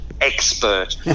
expert